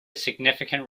significant